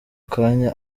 kanya